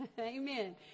Amen